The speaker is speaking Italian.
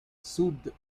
sud